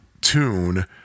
tune